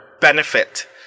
benefit